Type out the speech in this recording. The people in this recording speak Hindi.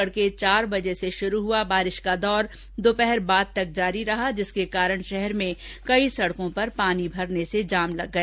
तड़के चार बजे से शुरू हुआ बारिष का दौर दोपहर बाद तक जारी रहा जिसके कारण शहर में कई सड़कों पर पानी भरने से जाम लग गया